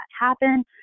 happen